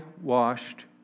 washed